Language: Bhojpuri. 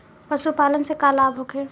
पशु पालन से लाभ होखे?